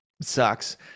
Sucks